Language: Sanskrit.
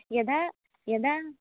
यदा यदा